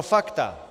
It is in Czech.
Fakta.